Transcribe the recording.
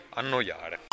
annoiare